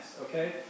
Okay